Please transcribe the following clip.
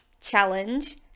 challenge